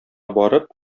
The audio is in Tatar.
барып